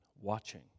watching